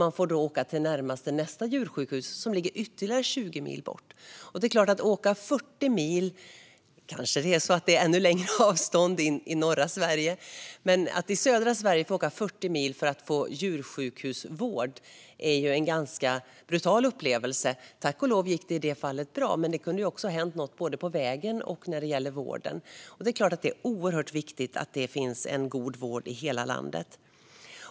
Man fick då åka till nästa djursjukhus som ligger ytterligare 20 mil bort. Kanske är det ännu längre avstånd i norra Sverige, men att i södra Sverige få åka 40 mil för att få vård på djursjukhus är en ganska brutal upplevelse. Tack och lov gick det bra i det fallet, men det kunde också ha hänt något på vägen och när det gäller vården. Det är oerhört viktigt att det finns god vård i hela landet.